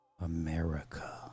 america